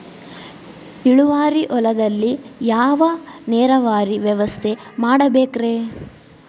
ಇಳುವಾರಿ ಹೊಲದಲ್ಲಿ ಯಾವ ನೇರಾವರಿ ವ್ಯವಸ್ಥೆ ಮಾಡಬೇಕ್ ರೇ?